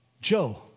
Joe